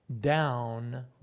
down